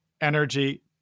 energy